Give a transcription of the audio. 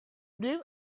blue